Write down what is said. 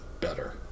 better